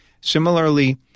Similarly